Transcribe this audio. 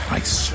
ice